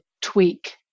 tweak